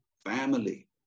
family